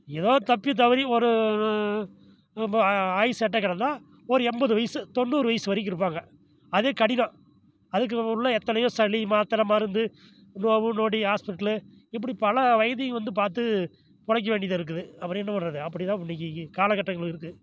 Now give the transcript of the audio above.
ஏதோ தப்பி தவறி ஒரு அப்போ ஆ ஆயிசு எட்ட கிடந்தா ஒரு எண்பது வயசு தொண்ணூறு வயசு வரைக்கும் இருப்பாங்கள் அதே கடினம் அதுக்கு உள்ள எத்தனையோ சளி மாத்திரை மருந்து நோவு நொடி ஹாஸ்ப்பிட்லு இப்படி பல வைத்தியம் வந்து பார்த்து பிலைக்க வேண்டியதாக இருக்குது அப்புறம் என்ன பண்ணுறது அப்படி தான் இன்னைக்கு இங்கு காலகட்டங்களும் இருக்குது